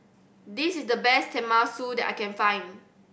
this is the best Tenmusu that I can find